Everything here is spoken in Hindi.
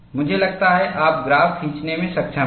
मुझे लगता है आप ग्राफ खींचने में सक्षम हैं